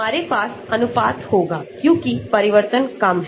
हमारे पास अनुपात होगा क्योंकि परिवर्तन कम है